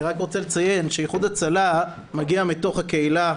רוצה לציין שאיחוד הצלה מגיע מתוך הקהילה